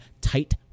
tight